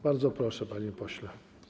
Bardzo proszę, panie pośle.